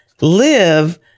live